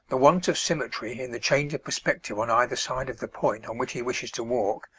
the want of symmetry in the change of perspective on either side of the point on which he wishes to walk,